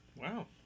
Wow